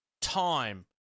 time